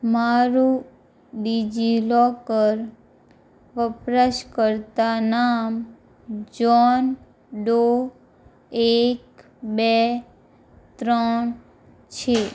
મારું ડિજિલોકર વપરાશકર્તા નામ જોન ડો એક બે ત્રણ છે